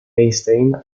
einstein